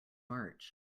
march